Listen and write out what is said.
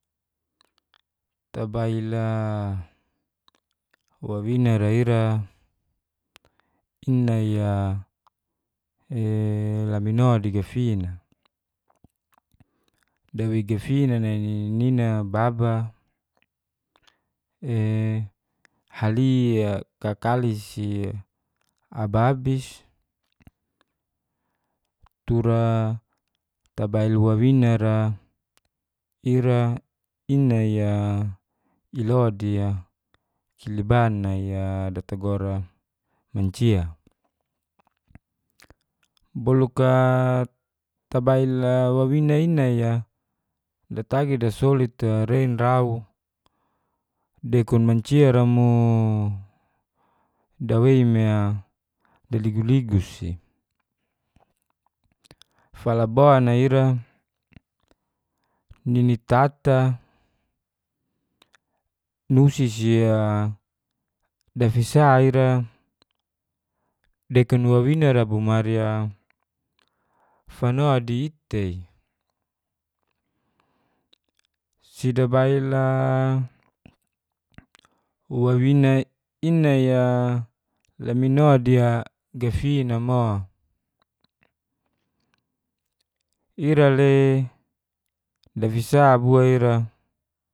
Tabail a wawina ra ira i nai a e lamino di gafin a, dawei gafin nai nini nina baba e hali a kakali si ababis tura tabail wawina ra ira i nai a ilo diya kiliban nai a datagor a mancia, boluk a tabail a wawina i nai a datagi dasolit a rein rau dekun mancia ra mooo dawei me a daligus ligus si. falabon a ira nini tata nusi si a dafisa ira dekun wawina ra bo mari a fano di i tei si dabail a wawina i nai a lamino di a gafin a mo ira le dafisa bua ira